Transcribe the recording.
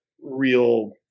real